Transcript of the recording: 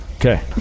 Okay